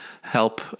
help